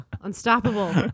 unstoppable